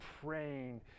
praying